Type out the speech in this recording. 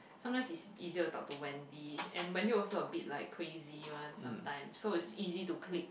sometimes it's easier to talk to Wendy and Wendy also a bit like crazy one sometime so it's easy to click